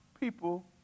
people